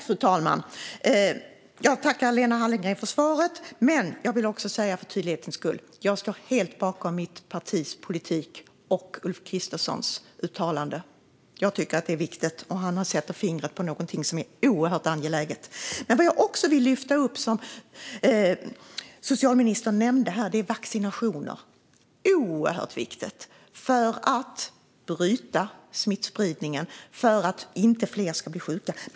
Fru talman! Jag tackar Lena Hallengren för svaret, men jag vill för tydlighetens skull säga att jag helt står bakom mitt partis politik och Ulf Kristerssons uttalande. Jag tycker att det är viktigt, och han sätter fingret på någonting som är oerhört angeläget. Vad jag också vill lyfta upp, som socialministern nämnde här, är vaccinationer. Detta är oerhört viktigt för att bryta smittspridningen och för att inte fler ska bli sjuka.